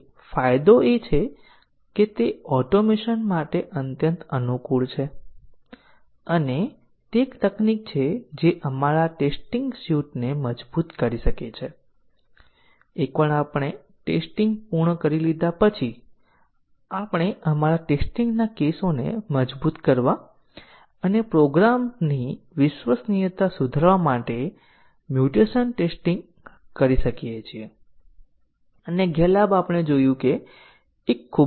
જો સ્ટેટમેન્ટ સંખ્યા S છે તો આપણે DEF S ને વ્યાખ્યાયિત કરીએ છીએ જે તમામ વેરિયેબલ X નો સમૂહ છે જેમ કે X માં X ની વ્યાખ્યા હોય છે અને સામાન્ય રીતે સ્ટેટમેન્ટ એક વેરિયેબલને વ્યાખ્યાયિત કરે છે